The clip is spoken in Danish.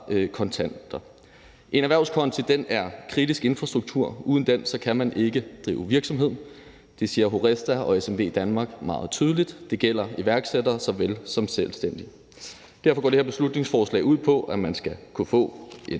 kontanter. En erhvervskonto er kritisk infrastruktur. Uden den kan man ikke drive virksomhed. Det siger HORESTA og SMVdanmark meget tydeligt. Det gælder iværksættere såvel som selvstændige. Derfor går det her beslutningsforslag ud på, at man skal kunne få en